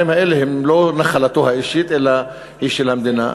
האלה הם לא נחלתו האישית אלא של המדינה.